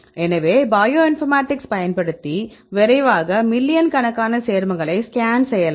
எனவே bioinformatics பயன்படுத்தி விரைவாக மில்லியன் கணக்கான சேர்மங்களை ஸ்கேன் செய்யலாம்